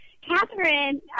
Catherine